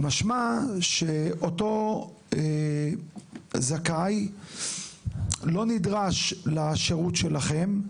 משמע שאותו זכאי לא נדרש לשירות שלכם.